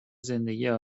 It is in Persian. زندگیم